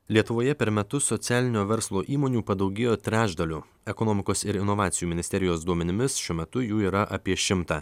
lietuvoje per metus socialinio verslo įmonių padaugėjo trečdaliu ekonomikos ir inovacijų ministerijos duomenimis šiuo metu jų yra apie šimtą